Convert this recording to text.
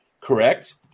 Correct